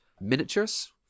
miniatures